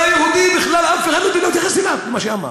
והיהודי, בכלל אף אחד לא התייחס אליו, למה שאמר.